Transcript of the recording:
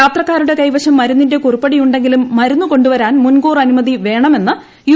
യാത്രക്കാരുടെ കൈവശം മരുന്നിന്റെ കുറിപ്പടിയുണ്ടെങ്കിലും മരുന്ന് കൊണ്ടു വരാൻ മുൻകൂർ അനുമതി വേണമെന്ന് യു